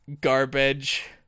garbage